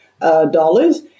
dollars